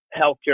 healthcare